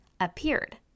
appeared